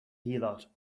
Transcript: heelot